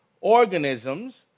organisms